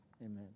Amen